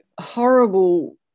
horrible